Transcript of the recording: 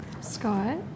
Scott